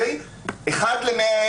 אבל גם לא במצב